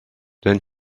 then